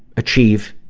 achieve